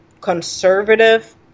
conservative